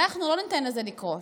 אנחנו לא ניתן לזה לקרות.